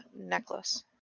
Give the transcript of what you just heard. necklace